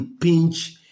pinch